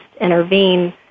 intervene